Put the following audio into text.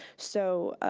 so